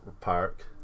park